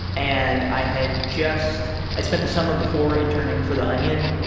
and i had just i spent the summer before interning for the onion.